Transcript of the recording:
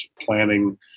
planning